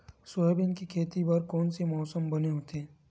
Soybean के खेती बर कोन से मौसम बने होथे?